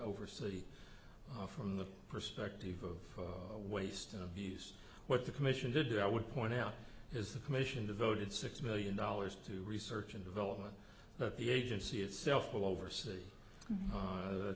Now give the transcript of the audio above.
oversee from the perspective of a waste of use what the commission did that i would point out is the commission devoted six billion dollars to research and development but the agency itself will oversee